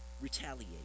retaliate